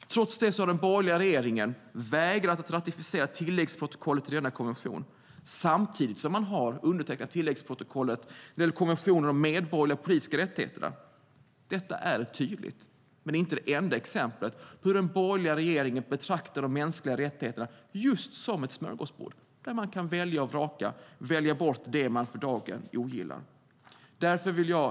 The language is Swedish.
Trots det har den borgerliga regeringen vägrat att ratificera tilläggsprotokollet till denna konvention, samtidigt som man har undertecknat tilläggsprotokollet för konventionen om de medborgerliga och politiska rättigheterna. Detta är ett tydligt exempel på, men inte det enda exemplet, hur den borgerliga regeringen betraktar de mänskliga rättigheterna just som ett smörgåsbord där man kan välja och vraka och välja bort det man för dagen ogillar. Herr talman!